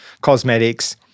cosmetics